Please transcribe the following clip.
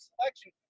selection